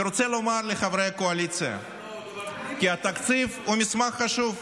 אני רוצה לומר לחברי הקואליציה כי התקציב הוא מסמך חשוב.